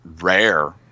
rare